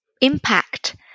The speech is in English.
impact